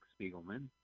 Spiegelman